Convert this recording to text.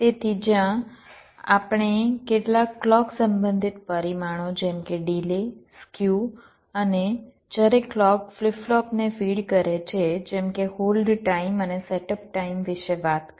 તેથી જ્યાં આપણે કેટલાક ક્લૉક સંબંધિત પરિમાણો જેમ કે ડિલે સ્ક્યુ અને જ્યારે ક્લૉક ફ્લિપ ફ્લોપ ને ફીડ કરે છે જેમ કે હોલ્ડ ટાઇમ અને સેટઅપ ટાઇમ વિશે વાત કરી